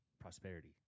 prosperity